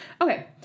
Okay